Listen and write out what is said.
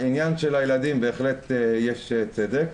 העניין של הילדים בהחלט יש צדק,